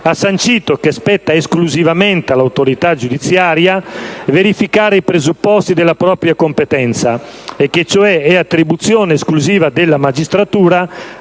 sancito che spetta esclusivamente all'autorità giudiziaria verificare i presupposti della propria competenza e cioè che è attribuzione esclusiva della magistratura